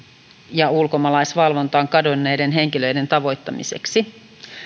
ja ulkomaalaisvalvontaan kadonneiden henkilöiden tavoittamiseksi